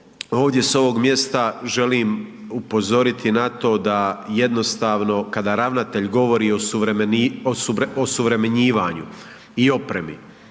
ovdje s ovog mjesta želim upozoriti na to da jednostavno kada ravnatelj govori o osuvremenjivanju i opremi,